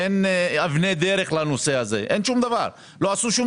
אבני דרך לעבודה.